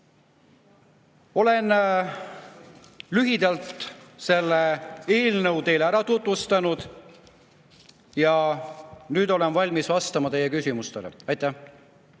Olen lühidalt selle eelnõu teile ära tutvustanud ja olen valmis vastama teie küsimustele. Aitäh!